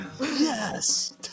Yes